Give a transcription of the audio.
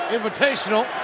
Invitational